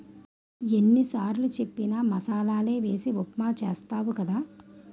ఎన్ని సారులు చెప్పిన మసాలలే వేసి ఉప్మా చేస్తావు కదా